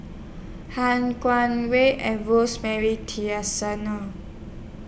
Han Guangwei and Rosemary Tessensohn No